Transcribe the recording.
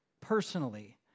personally